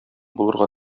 булырга